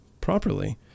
properly